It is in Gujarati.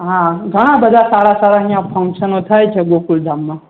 હા ઘણાં બધાં સારા સારા અહીંયા ફંક્શનો થાય છે ગોકુલધામમાં